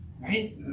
right